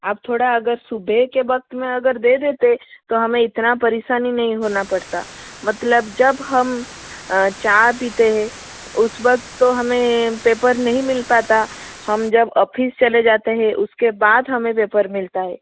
आप थोड़ा अगर सुबह के वक़्त में अगर दे देते तो हमें इतनी परेशान नहीं होना पड़ता मतलब जब हम चाय पीते हैं उस वक़्त तो हमें पेपर नहीं मिल पाता हम जब ओफीस चले जाते हैं उसके बाद हमें पेपर मिलता है